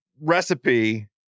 recipe